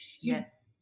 Yes